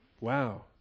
Wow